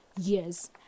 years